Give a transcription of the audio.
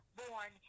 born